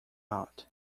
out